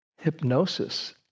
hypnosis